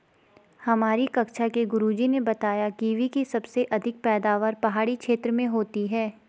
हमारी कक्षा के गुरुजी ने बताया कीवी की सबसे अधिक पैदावार पहाड़ी क्षेत्र में होती है